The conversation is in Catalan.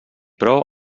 però